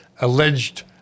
alleged